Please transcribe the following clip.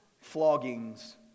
floggings